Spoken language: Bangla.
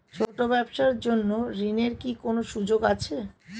ছোট ব্যবসার জন্য ঋণ এর কি কোন সুযোগ আছে?